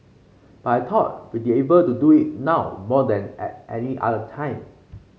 but I thought we'd be able to do it now more than at any other time